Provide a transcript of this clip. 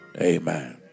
Amen